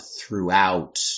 throughout